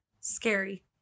Scary